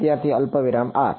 વિદ્યાર્થી અલ્પવિરામ r